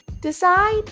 decide